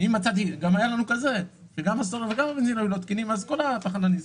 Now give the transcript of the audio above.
גם מצאנו שגם הסולר וגם הבנזין לא היו תקינים ואז כל התחנה נסגרה.